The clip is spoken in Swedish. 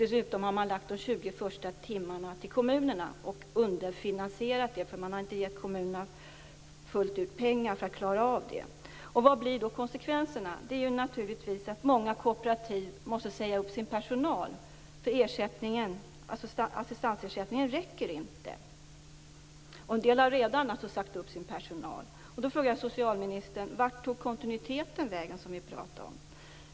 Dessutom har man lagt kostnaderna för de första 20 timmarna på kommunerna och underfinanserat detta, eftersom man inte har gett kommunerna pengar för att klara av det. Vad blir då konsekvenserna? Många kooperativ måste naturligtvis säga upp sin personal. Assistansersättningen räcker inte. En del har redan sagt upp sin personal. Då frågar jag socialministern: Vart tog kontinuiteten vägen?